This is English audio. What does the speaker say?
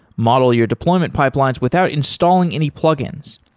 model your deployment pipelines without installing any plugins.